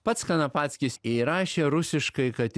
pats kanapackis įrašė rusiškai kad